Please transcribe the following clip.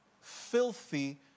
Filthy